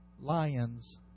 lions